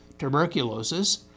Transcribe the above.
tuberculosis